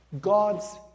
God's